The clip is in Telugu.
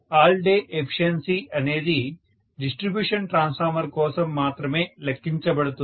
ఆల్ డే ఎఫిషియన్సీ అనేది డిస్ట్రిబ్యూషన్ ట్రాన్స్ఫార్మర్ కోసం మాత్రమే లెక్కించబడుతుంది